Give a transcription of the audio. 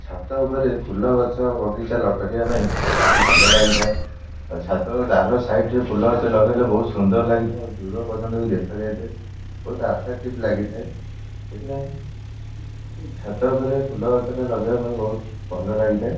ଛାତ ଉପରେ ଫୁଲ ଗଛ ବଗିଚା କରିବା ପାଇଁ ବହୁତ ଭଲ ଲାଗିଥାଏ ଆଉ ଛାତର ଦାଢ଼ ସାଇଡ଼୍ରେ ଫୁଲ ଗଛ ଲଗାଇଲେ ବହୁତ ସୁନ୍ଦର ଲାଗିଥାଏ ଦୂର ପର୍ଯ୍ୟନ୍ତ ବି ଦେଖାଯାଇଥାଏ ବହୁତ ଆଟ୍ରାକ୍ଟିଭ୍ ଲାଗିଥାଏ ସେଥିପାଇଁ ଛାତ ଉପରେ ଫୁଲ ଗଛଟା ଲଗାଇବାକୁ ବହୁତ ଭଲ ଲାଗିଥାଏ